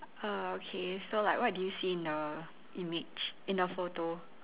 uh okay so like what do you see in the image in the photo